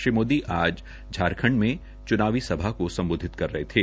श्री मोदी आज झारखंड में च्नावी सभा को सम्बोधित कर रहे थे